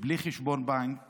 בלי חשבון בנק